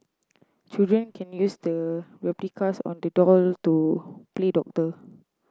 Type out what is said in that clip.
children can use the replicas on the doll to play doctor